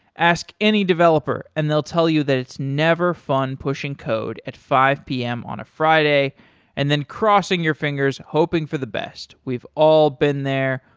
ask any developer and they'll tell you that it's never fun pushing code at five p m. on a friday and then crossing your fingers hoping for the best. we've all been there.